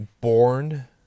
born